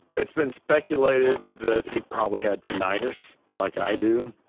it's been speculated that he probably had tinnitus like i do.